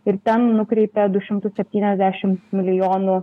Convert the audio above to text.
ir ten nukreipia du šimtus septyniasdešim milijonų